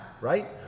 right